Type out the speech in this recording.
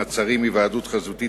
מעצרים) (היוועדות חזותית,